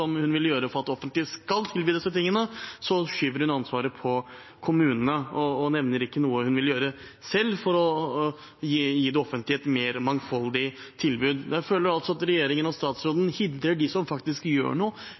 hun vil gjøre for at det offentlige skal tilby disse tingene, skyver hun ansvaret over på kommunene og nevner ikke noe hun vil gjøre selv for å gi det offentlige et mer mangfoldig tilbud. Jeg føler at regjeringen og statsråden hindrer dem som faktisk gjør noe